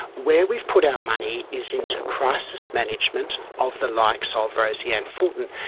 where we've put our money is into crisis management of the likes ah of rosie anne fulton.